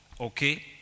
Okay